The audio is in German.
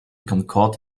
concorde